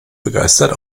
begeistert